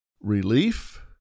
relief